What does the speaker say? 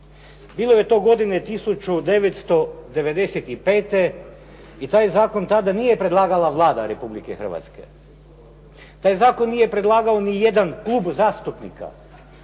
Bilo je to godine 1995. i taj zakon tada nije predlagala Vlada Republike Hrvatske, taj zakon nije predlagao nijedan klub zastupnika,